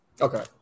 Okay